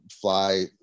fly